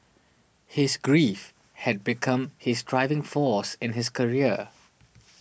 his grief had become his driving force in his career